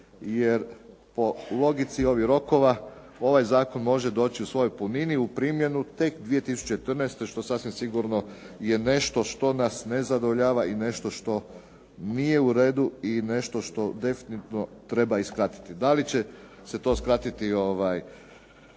jer po logici ovih rokova, ovaj zakon može doći u svojoj puni u primjenu tek …/Govornik se ne razumije./… što sasvim sigurno je nešto što nas ne zadovoljava i nešto što nije u redu i nešto definitivno treba i skratiti. Da li će se to skratiti